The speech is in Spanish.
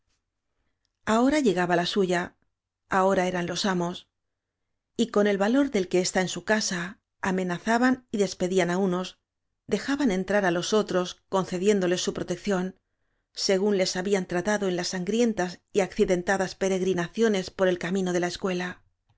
ahora llegaba la suya ahora eran los amos y con el valor del que está en su casa ame nazaban y despedían á unos dejaban entrar á los otros concediéndoles su protección se gún les habían tratado en las sangrientas y accidentadas peregrinaciones por el camino de la escuela